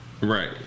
Right